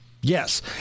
yes